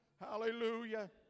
Hallelujah